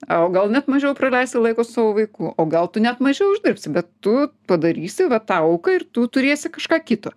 o gal net mažiau praleisi laiko su savo vaiku o gal tu net mažiau uždirbsi bet tu padarysi vat tą auką ir tu turėsi kažką kito